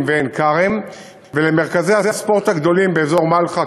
ובעין-כרם ולמרכזי הספורט הגדולים באזור מלחה,